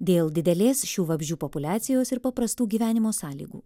dėl didelės šių vabzdžių populiacijos ir paprastų gyvenimo sąlygų